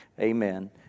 amen